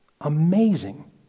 Amazing